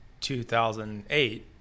2008